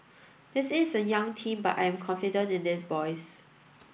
this is a young team but I am confident in these boys